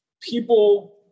people